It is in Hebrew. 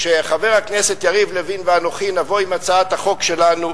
כשחבר הכנסת יריב לוין ואנוכי נבוא עם הצעת החוק שלנו,